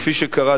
כפי שקרה,